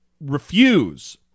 refuse